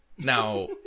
Now